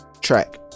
track